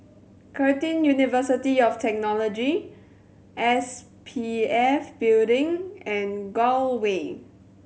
Curtin University of Technology S P F Building and Gul Way